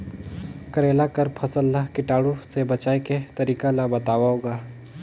करेला कर फसल ल कीटाणु से बचाय के तरीका ला बताव ग?